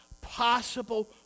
possible